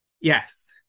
Yes